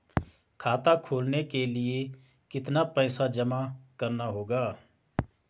खाता खोलने के लिये कितना पैसा जमा करना होगा?